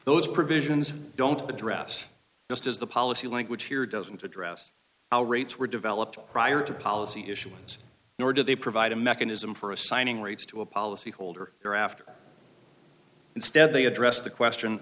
those provisions don't address just as the policy language here doesn't address our rates were developed prior to policy issues nor did they provide a mechanism for assigning rates to a policy holder or after instead they addressed the question